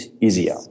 easier